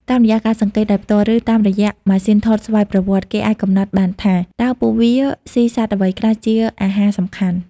តាមរយៈការសង្កេតដោយផ្ទាល់ ឬតាមរយៈម៉ាស៊ីនថតស្វ័យប្រវត្តិ គេអាចកំណត់បានថា តើពួកវាស៊ីសត្វអ្វីខ្លះជាអាហារសំខាន់។